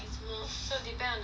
so depend on the mood lah